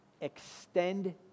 extend